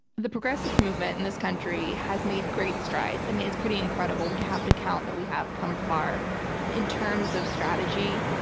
the progressive movement in this country has made great strides. i mean, it's pretty incredible. we have to count that we have come far in terms of strategy.